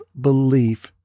belief